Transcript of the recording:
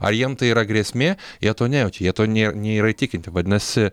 ar jiem tai yra grėsmė jie to nejaučia jie to nė nėra įtikinti vadinasi